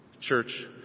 Church